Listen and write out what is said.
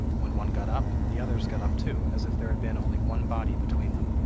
when one got up, the others got up too, as if there had been only one body between them.